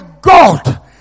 God